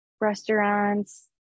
restaurants